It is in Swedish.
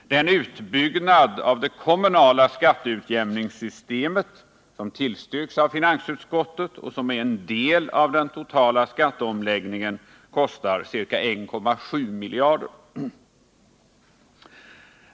Den utbyggnad av det kommunala skatteutjämningssystemet, som tillstyrks av finansutskottet i dess betänkande nr 35 och som är en del av den totala skatteomläggningen, kostar ca 1,7 miljarder.